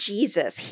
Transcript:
Jesus